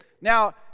Now